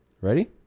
Ready